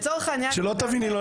שלא תביני לא